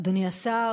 אדוני השר,